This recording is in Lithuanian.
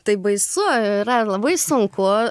tai baisu yra labai sunku